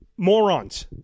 Morons